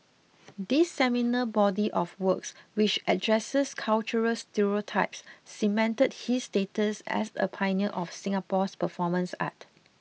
this seminal body of works which addresses cultural stereotypes cemented his status as a pioneer of Singapore's performance art